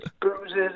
bruises